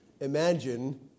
Imagine